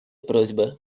просьбы